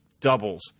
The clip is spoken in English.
doubles